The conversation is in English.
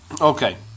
Okay